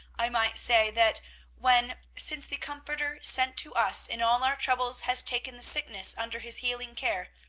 i might say, that when, since the comforter sent to us in all our troubles has taken the sickness under his healing care,